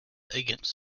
against